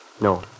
No